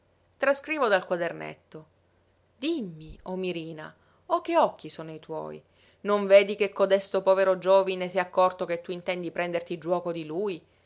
trascrivo dal quadernetto dimmi o mirina o che occhi sono i tuoi non vedi che codesto povero giovine s'è accorto che tu intendi prenderti giuoco di lui